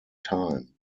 time